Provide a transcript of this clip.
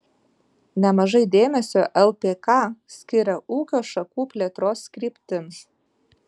nemažai dėmesio lpk skiria ūkio šakų plėtros kryptims